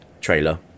trailer